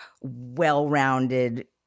well-rounded